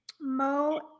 mo